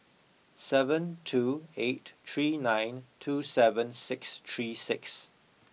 seven two eight three nine two seven six three six